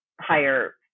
higher